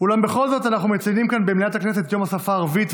אולם בכל זאת אנחנו מציינים כאן במליאת הכנסת את יום השפה הערבית,